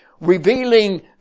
revealing